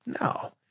No